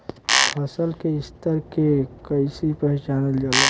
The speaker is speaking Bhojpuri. फसल के स्तर के कइसी पहचानल जाला